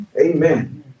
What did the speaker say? Amen